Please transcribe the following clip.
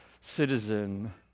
citizen